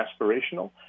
aspirational